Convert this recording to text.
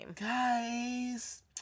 guys